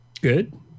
Good